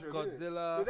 Godzilla